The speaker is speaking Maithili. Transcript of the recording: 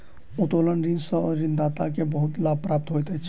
उत्तोलन ऋण सॅ ऋणदाता के बहुत लाभ प्राप्त होइत अछि